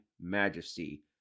majesty